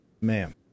Ma'am